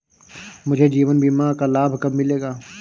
मुझे जीवन बीमा का लाभ कब मिलेगा?